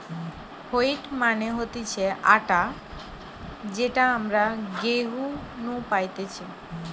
wheat মানে হতিছে আটা যেটা আমরা গেহু নু পাইতেছে